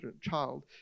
child